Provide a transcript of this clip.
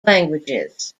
languages